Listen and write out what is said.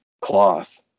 cloth